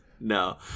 No